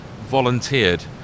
volunteered